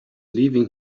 leaving